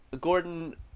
Gordon